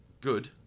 good